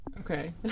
okay